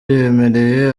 yemereye